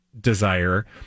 desire